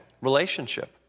relationship